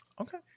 Okay